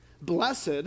blessed